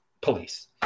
police